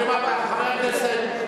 חבר הכנסת,